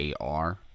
ar